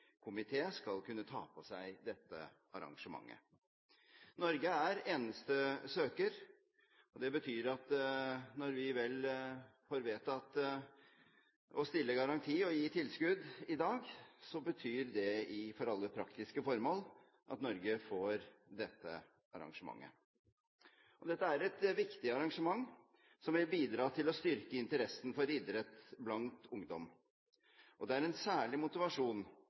skal kunne ta på seg dette arrangementet. Norge er eneste søker. Det betyr at når vi får vedtatt å stille garanti og gi tilskudd i dag, betyr det for alle praktiske formål at Norge får dette arrangementet. Dette er et viktig arrangement, som vil bidra til å styrke interessen for idrett blant ungdom. Det er en særlig motivasjon